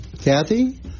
Kathy